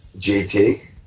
JT